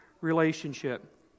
relationship